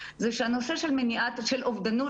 זה שהנושא של אובדנות,